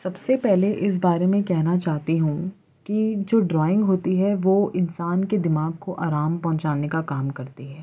سب سے پہلے اس بارے میں کہنا چاہتی ہوں کہ جو ڈرائنگ ہوتی ہے وہ انسان کے دماغ کو آرام پہنچانے کا کام کرتی ہے